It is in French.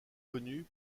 connu